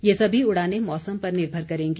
यह सभी उड़ाने मौसम पर निर्भर करेंगी